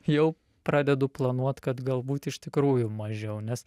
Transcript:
jau pradedu planuot kad galbūt iš tikrųjų mažiau nes